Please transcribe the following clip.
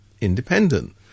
independent